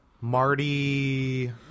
Marty